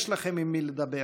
יש לכם עם מי לדבר,